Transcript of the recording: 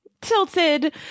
tilted